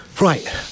Right